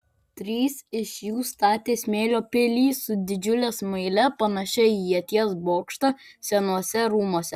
trys iš jų statė smėlio pilį su didžiule smaile panašią į ieties bokštą senuosiuose rūmuose